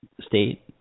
state